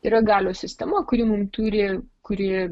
yra galios sistema kuri mums turi kuri